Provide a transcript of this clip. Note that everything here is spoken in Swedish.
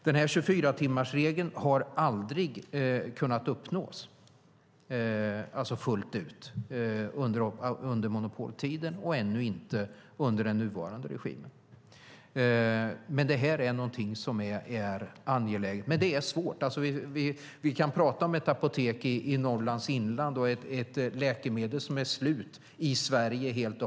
Den här 24-timmarsregeln har aldrig kunnat uppnås fullt ut under monopoltiden och ännu inte under den nuvarande regimen. Det här är någonting som är angeläget, men det är svårt. Vi kan prata om ett apotek i Norrlands inland och ett läkemedel som är helt slut i Sverige.